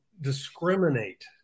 discriminate